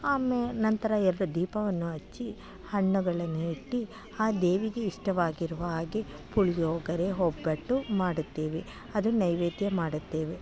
ಆಮೆ ನಂತರ ಎರಡು ದೀಪವನ್ನು ಹಚ್ಚಿ ಹಣ್ಣುಗಳನ್ನು ಇಟ್ಟು ಆ ದೇವಿಗೆ ಇಷ್ಟವಾಗಿರುವ ಹಾಗೆ ಪುಳಿಯೋಗರೆ ಒಗ್ಗಟ್ಟು ಮಾಡುತ್ತೇವೆ ಅದು ನೈವೇದ್ಯ ಮಾಡುತ್ತೇವೆ